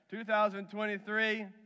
2023